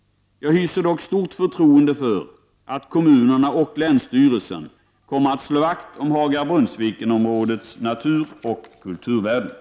Jag hyser dock stort förtroende för att kommunerna och länsstyrelsen kommer att slå vakt om Haga Brunnsviken-områdets naturoch kulturvärden.